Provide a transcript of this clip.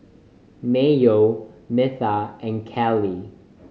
Mayo Metha and Kelli